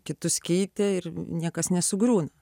kitus keitė ir niekas nesugriūna